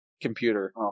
computer